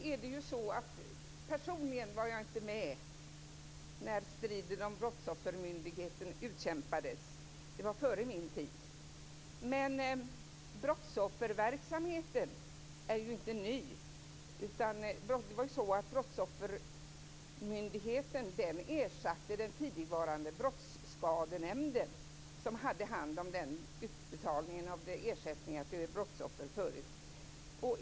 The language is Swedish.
Fru talman! Personligen var jag inte med när striden om Brottsoffermyndigheten utkämpades. Det var före min tid. Men brottsofferverksamheten är ju inte ny. Brottsoffermyndigheten ersatte den tidigvarande Brottsskadenämnden, som hade hand om utbetalningen av ersättningar till brottsoffer förut.